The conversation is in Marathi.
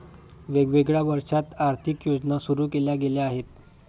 वेगवेगळ्या वर्षांत आर्थिक योजना सुरू केल्या गेल्या आहेत